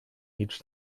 each